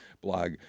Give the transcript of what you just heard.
blog